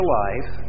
life